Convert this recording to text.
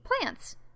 plants